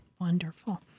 Wonderful